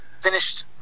finished